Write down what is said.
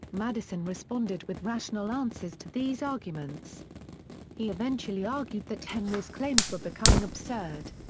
madison responded with rational answers to these arguments he eventually argued that henry's claims were becoming absurd.